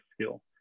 skill